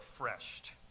refreshed